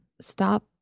stop